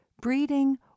breeding